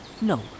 no